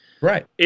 Right